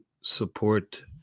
support